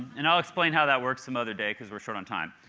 and i'll explain how that works some other day because we're short on time.